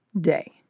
day